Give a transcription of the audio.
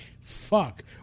Fuck